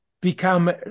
become